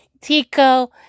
Tico